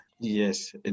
Yes